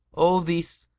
all this,